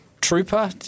trooper